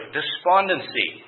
despondency